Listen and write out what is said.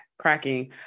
cracking